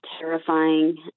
terrifying